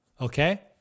Okay